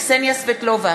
קסניה סבטלובה,